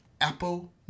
apple